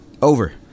Over